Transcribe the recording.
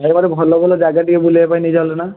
ଭାଇ ଗୋଟେ ଭଲ ଭଲ ଜାଗା ଟିକିଏ ବୁଲେଇବାପାଇଁ ନେଇଯାଆନ୍ତୁ ନା